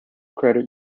credit